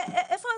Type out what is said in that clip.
איפה?